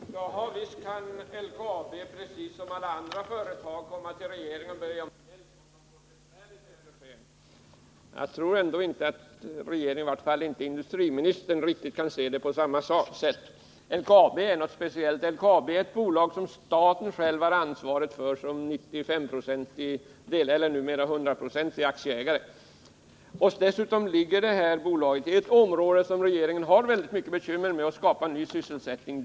Herr talman! Visst kan LKAB precis som alla andra företag komma till regeringen och be om hjälp om de får det besvärligt, säger Karl Björzén. Jag tror inte att regeringen — i varje fall inte industriministern — kan se det på riktigt samma sätt. LKAB är något speciellt — det är ett bolag som staten som hundraprocentig aktieägare har ansvaret för. Dessutom ligger bolaget i ett område som regeringen har mycket bekymmer med att skapa sysselsättning i.